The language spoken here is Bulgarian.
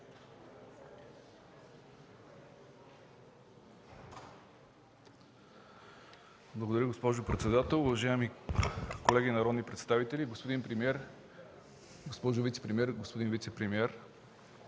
Благодаря, госпожо председател. Уважаеми колеги народни представители, господин премиер, госпожо вицепремиер, господин вицепремиер!